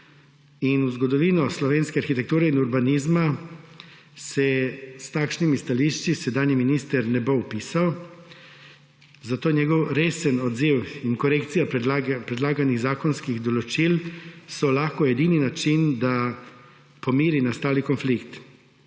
V zgodovino slovenske arhitekture in urbanizma se s takšnimi stališči sedanji minister ne bo vpisal. Zato so njegov resen odziv in korekcija predlaganih zakonskih določil lahko edini način, da pomiri nastali konflikt.